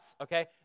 okay